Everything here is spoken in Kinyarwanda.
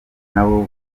nabo